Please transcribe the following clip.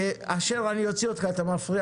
אם אני מודאג ממשהו אני פונה